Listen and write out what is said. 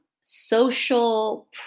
social